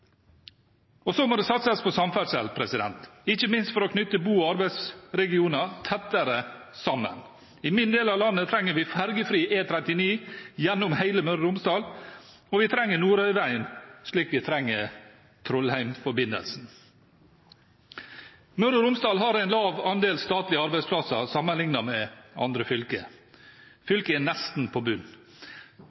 Og så må det satses på samferdsel, ikke minst for å knytte bo- og arbeidsregioner tettere sammen. I min del av landet trenger vi fergefri E39 gjennom hele Møre og Romsdal, og vi trenger Nordøyvegen slik vi trenger Trollheimforbindelsen. Møre og Romsdal har en lav andel statlige arbeidsplasser sammenlignet med andre fylker. Fylket er nesten på